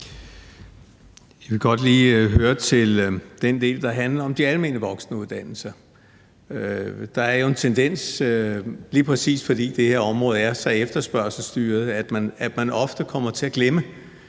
Jeg vil godt lige spørge til den del, der handler om de almene voksenuddannelser. Der er jo en tendens til, fordi lige præcis det her område er så efterspørgselsstyret, at man ofte kommer til at glemme,